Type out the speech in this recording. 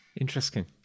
interesting